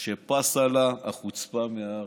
שלא פסה לה החוצפה מהארץ.